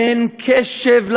אין קשב.